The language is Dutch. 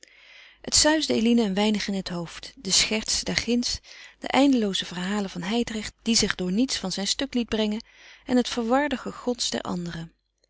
het suisde eline een weinig in het hoofd de scherts daar ginds de eindelooze verhalen van hijdrecht die zich door niets van zijn stuk liet brengen en het verwarde gegons der anderen